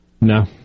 No